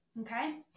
Okay